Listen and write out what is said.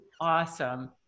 awesome